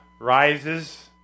rises